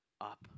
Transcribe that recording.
up